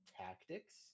tactics